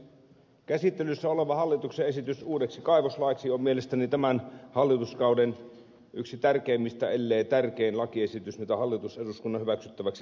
käsittelyssä oleva hallituksen esitys uudeksi kaivoslaiksi on mielestäni tämän hallituskauden yksi tärkeimmistä ellei tärkein lakiesitys jonka hallitus eduskunnan hyväksyttäväksi tuo